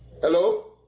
Hello